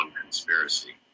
conspiracy